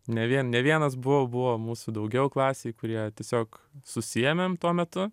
ne vien ne vienas buvau buvo mūsų daugiau klasėj kurie tiesiog susiėmėm tuo metu